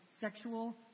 sexual